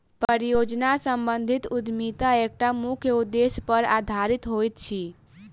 परियोजना सम्बंधित उद्यमिता एकटा मुख्य उदेश्य पर आधारित होइत अछि